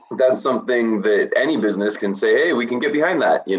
that's something that any business can say hey, we can get behind that. y'know,